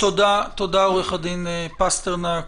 תודה, עו"ד פסטרנק.